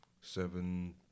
seven